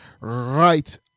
Right